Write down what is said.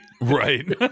Right